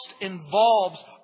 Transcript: involves